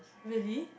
really